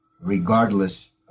regardless